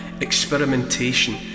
experimentation